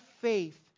faith